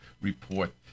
report